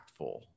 impactful